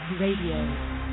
Radio